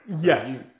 Yes